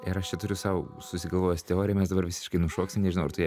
ir aš čia turiu sau susigalvojęs teoriją mes dabar visiškai nušoksim nežinau ar tu ją